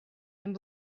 and